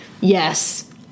yes